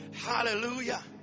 Hallelujah